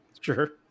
sure